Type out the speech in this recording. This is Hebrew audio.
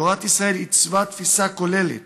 תורת ישראל עיצבה תפיסה כוללת